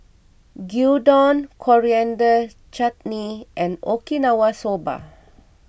Gyudon Coriander Chutney and Okinawa Soba